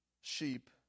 sheep